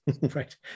Right